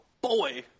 boy